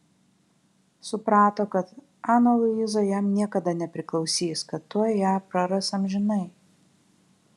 suprato kad ana luiza jam niekada nepriklausys kad tuoj ją praras amžinai